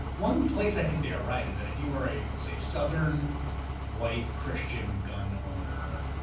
one place i think they are right is that if you are a, say, southern white christian gun owner,